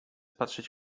patrzeć